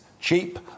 cheap